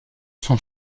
sont